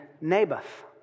Naboth